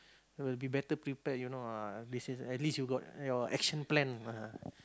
will be better prepared you know ah this is at least you got your action plan ah